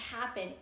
happen